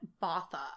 Botha